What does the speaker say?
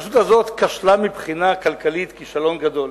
שהרשות הזאת כשלה מבחינה כלכלית כישלון גדול.